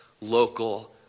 local